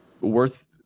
worth